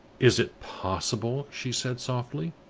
is it possible? she said, softly.